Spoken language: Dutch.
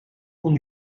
kon